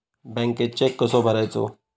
बँकेत चेक कसो भरायचो?